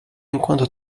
enquanto